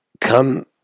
come